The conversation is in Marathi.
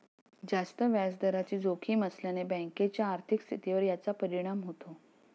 जास्त व्याजदराची जोखीम असल्याने बँकेच्या आर्थिक स्थितीवर याचा परिणाम होतो